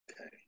Okay